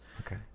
okay